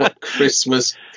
christmas